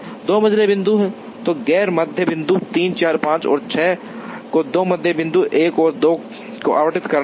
दो मंझले बिंदु तो गैर मध्य बिंदु 3 4 5 और 6 को दो मध्य बिंदु 1 और 2 को आवंटित करना होगा